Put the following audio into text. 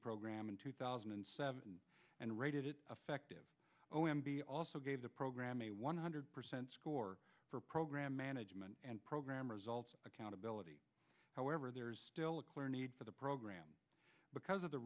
program in two thousand and seven and rated it effective o m b also gave the program a one hundred percent score for program management and program results accountability however there is still a clear need for the because of the